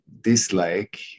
dislike